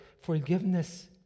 forgiveness